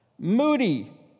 Moody